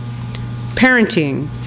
Parenting